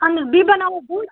اہن حظ بیٚیہِ بناوو بوٚڑ